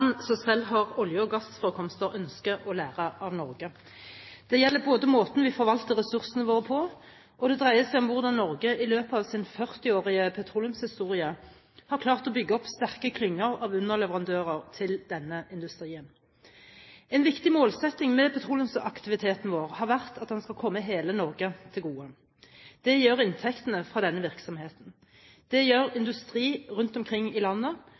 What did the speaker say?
selv har olje- og gassforekomster, ønsker å lære av Norge. Det gjelder måten vi forvalter ressursene våre på, og det dreier seg om hvordan Norge i løpet av sin førtiårige petroleumshistorie har klart å bygge opp sterke klynger av underleverandører til denne industrien. En viktig målsetting med petroleumsaktiviteten vår har vært at den skal komme hele Norge til gode. Det gjør inntektene fra denne virksomheten. Det gjør industri rundt omkring i landet,